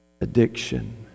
addiction